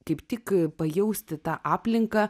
kaip tik pajausti tą aplinką